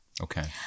Okay